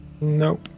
Nope